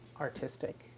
artistic